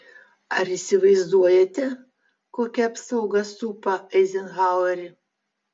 ar įsivaizduojate kokia apsauga supa eizenhauerį